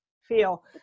feel